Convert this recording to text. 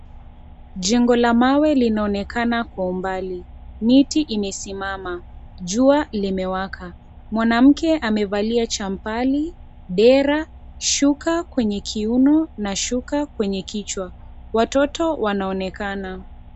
Jengo la mawe linaonekana kwa umbali miti imesimama jua limewaka mwanamke amevalia jambali, dera, shuka kwenye kiuno na shuka kwenye kichwa, watoto wanaonekana.